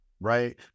right